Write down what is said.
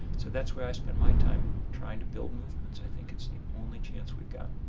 so that's why i spend my time trying to build movements. i think it's the only chance we've got.